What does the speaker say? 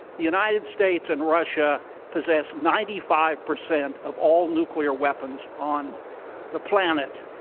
the united states and russia possess ninety five percent of all nuclear weapons on the planet.